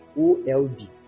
O-L-D